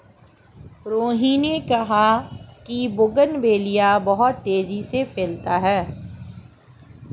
रोहिनी ने कहा कि बोगनवेलिया बहुत तेजी से फैलता है